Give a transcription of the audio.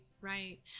right